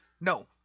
no